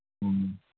ꯎꯝ